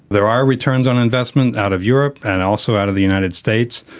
there are returns on investment out of europe and also out of the united states.